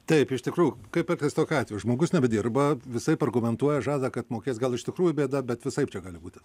taip iš tikrųjų kaip elgtis tokiu atveju žmogus nebedirba visaip argumentuoja žada kad mokės gal iš tikrųjų bėda bet visaip čia gali būti